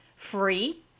free